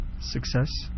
Success